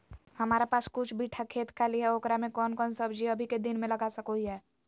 हमारा पास कुछ बिठा खेत खाली है ओकरा में कौन कौन सब्जी अभी के दिन में लगा सको हियय?